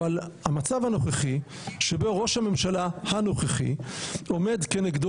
אבל המצב הנוכחי שבו ראש הממשלה הנוכחי עומד כנגדו